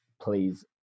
please